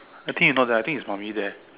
I think you not there I think it's there